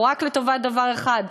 הוא רק לטובת דבר אחד,